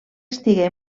estigué